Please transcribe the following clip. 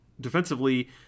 defensively